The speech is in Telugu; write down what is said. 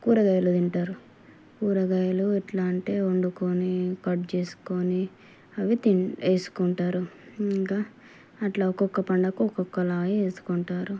కూరగాయలు తింటారు కూరగాయలు ఎట్లా అంటే వండుకొని కట్ చేసుకొని అవి తిని వేసుకుంటారు ఇంకా అట్లా ఒక్కొక్క పండగకి ఒక్కొక్కలా వేసుకుంటారు